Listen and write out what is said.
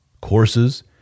courses